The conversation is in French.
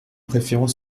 préférons